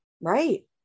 Right